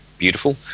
beautiful